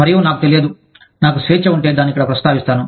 మరియు నాకు తెలియదు నాకు స్వేచ్ఛ ఉంటే దానిని ఇక్కడ ప్రస్తావిస్తాను